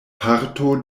parto